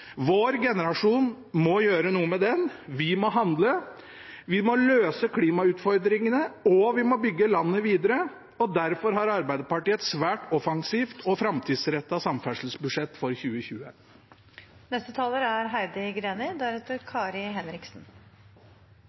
vår tids utfordring. Vår generasjon må gjøre noe med den. Vi må handle. Vi må løse klimautfordringene, og vi må bygge landet videre. Derfor har Arbeiderpartiet et svært offensivt og framtidsrettet samferdselsbudsjett for 2020.